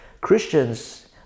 Christians